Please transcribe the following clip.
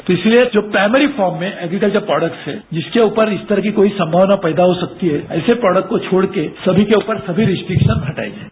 तो इसलिए जो प्राइमरी कोम में एग्रीकल्वर प्रोडक्ट्स है जिसके ऊपर इसी तरह की कोई संभावना पैदा हो सकती है ऐसे प्रोडक्ट्स को छोड़ के सभी के ऊपर सभी रिस्ट्रिक्शन हटाए जाएंगे